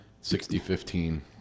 Sixty-fifteen